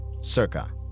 Circa